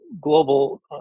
global